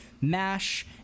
MASH